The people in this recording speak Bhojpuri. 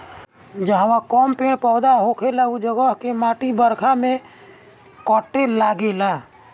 जहवा कम पेड़ पौधा होखेला उ जगह के माटी बरखा में कटे लागेला